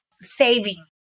saving